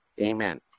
Amen